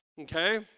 okay